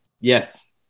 Yes